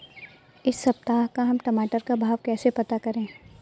इस सप्ताह का हम टमाटर का भाव कैसे पता करें?